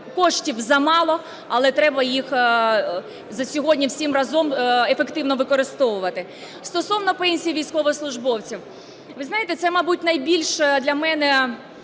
коштів замало, але треба їх вже сьогодні всім разом ефективно використовувати. Стосовно пенсій військовослужбовців. Ви знаєте, це, мабуть, найбільш для мене